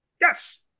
yes